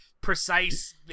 precise